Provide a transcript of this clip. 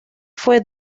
fue